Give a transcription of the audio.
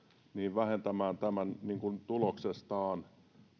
vähentämään tämän tuloksestaan